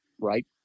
right